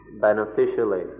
beneficially